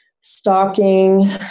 stalking